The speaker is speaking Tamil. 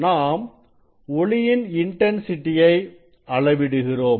நாம் ஒளியின் இன்டன்சிட்டியை அளவிடுகிறோம்